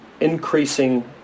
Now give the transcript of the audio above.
increasing